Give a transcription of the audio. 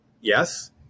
Yes